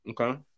Okay